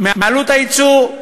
מעלות הייצור,